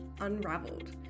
Unraveled